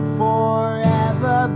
forever